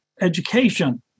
education